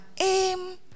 aim